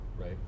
right